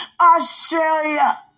Australia